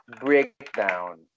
breakdown